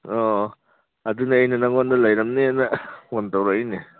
ꯑꯣ ꯑꯗꯨꯅꯦ ꯑꯩꯅ ꯅꯉꯣꯟꯗ ꯂꯩꯔꯝꯅꯦꯅ ꯐꯣꯟ ꯇꯧꯔꯛꯏꯅꯤ